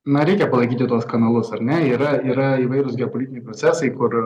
na reikia palaikyti tuos kanalus ar ne yra yra įvairūs geopolitiniai procesai kur